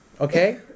Okay